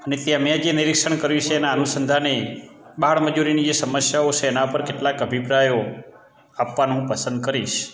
અને ત્યાં મેં જે નિરીક્ષણ કર્યું છે એના અનુસંધાને બાળમજૂરીની જે સમસ્યાઓ છે એનાં ઉપર કેટલાક અભિપ્રાયો આપવાનું હું પસંદ કરીશ